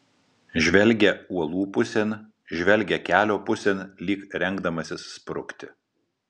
žvelgia uolų pusėn žvelgia kelio pusėn lyg rengdamasis sprukti